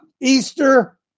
Easter